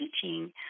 teaching